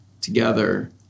together